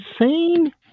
insane